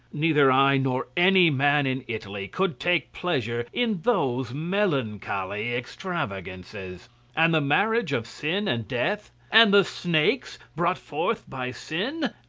neither i nor any man in italy could take pleasure in those melancholy extravagances and the marriage of sin and death, and the snakes brought forth by sin,